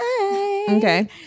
Okay